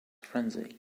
frenzy